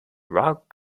rock